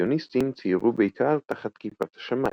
האימפרסיוניסטים ציירו בעיקר תחת כיפת השמים.